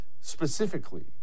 specifically